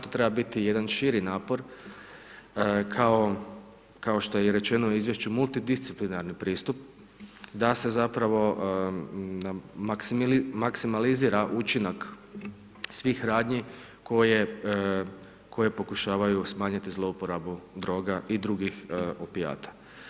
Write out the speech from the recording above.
To treba biti jedan širi napor, kao što je i rečeno u izvješću multidisciplinarni pristup da se zapravo maksimalizira učinak svih radnji koje pokušavaju smanjiti zlouporabu droga i drugih opijata.